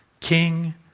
King